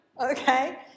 okay